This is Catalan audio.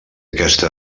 aquesta